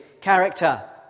character